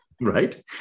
Right